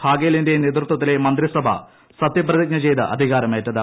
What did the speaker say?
ഭാഗേലിന്റെ നേതൃത്വത്തിലെ മന്ത്രിസഭ സത്യപ്രതിജ്ഞ ചെയ്ത് അധികാരമേറ്റത്